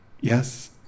yes